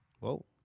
Whoa